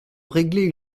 régler